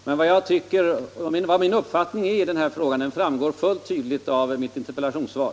Herr talman! Nu var det inte 30 miljarder. Min uppfattning i denna fråga i övrigt, som herr Fågelsbo efterlyste, framgår fullt tydligt av mitt interpellationssvar.